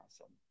Awesome